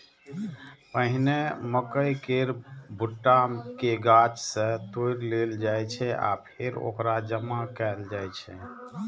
पहिने मकइ केर भुट्टा कें गाछ सं तोड़ि लेल जाइ छै आ फेर ओकरा जमा कैल जाइ छै